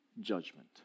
judgment